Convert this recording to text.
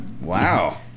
Wow